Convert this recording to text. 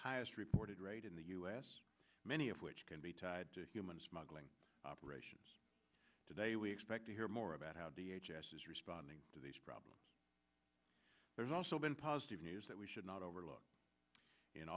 highest reported rate in the u s many of which can be tied to human smuggling operations today we expect to hear more about how d h s s is responding to these problems there's also been positive news that we should not overlook in